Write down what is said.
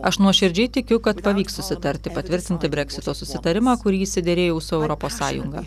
aš nuoširdžiai tikiu kad pavyks susitarti patvirtinti breksito susitarimą kurį išsiderėjau su europos sąjunga